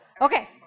Okay